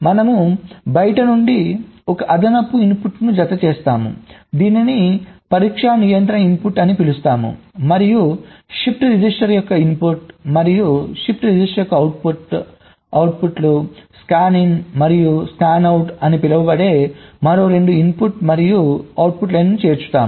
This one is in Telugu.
మనం బయటి నుండి ఒక అదనపు అదనపు ఇన్పుట్ను జతచేస్తాము దీనిని పరీక్ష నియంత్రణ ఇన్పుట్ అని పిలుస్తాము మరియు షిఫ్ట్ రిజిస్టర్ యొక్క ఇన్పుట్ మరియు షిఫ్ట్ రిజిస్టర్ యొక్క అవుట్పుట్గా స్కానిన్ మరియు స్కానౌట్ అని పిలువబడే మరో 2 ఇన్పుట్ మరియు అవుట్పుట్ లైన్లను చేర్చుతాము